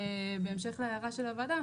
בהמשך להערה של הוועדה,